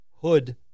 hood